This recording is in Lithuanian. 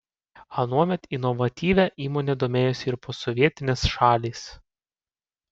anuomet inovatyvia įmone domėjosi ir posovietinės šalys